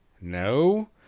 no